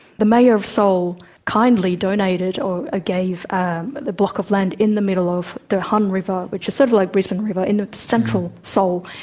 the mayor of seoul kindly donated or ah gave um the block of land in the middle of the han river, which is sort of like brisbane river, in central seoul,